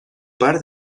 par